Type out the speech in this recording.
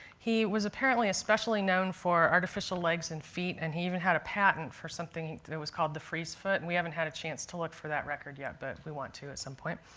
he was apparently especially known for artificial legs and feet, and he even had a patent for something that was called the frees foot. and we haven't had a chance to look for that record yet, but we want to at some point.